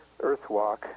Earthwalk